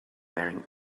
wearing